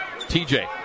TJ